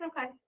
Okay